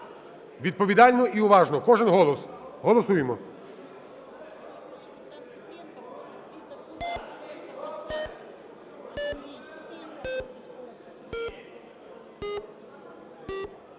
відповідально і уважно. Кожен голос. Голосуємо.